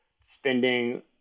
spending